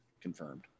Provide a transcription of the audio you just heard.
confirmed